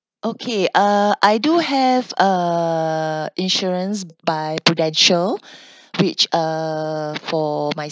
okay uh I do have uh insurance by prudential which uh for my